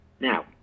Now